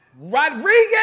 Rodriguez